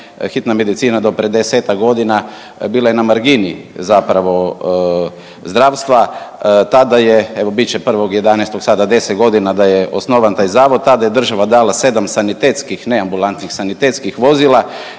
Hitna medicina do pred desetak godina bila je na margini zapravo zdravstva tada je evo bit će 1.11. sada 10 godina da je osnovan taj zavod, tada je država dala sedam sanitetskih, ne ambulantskih, sanitetskih vozila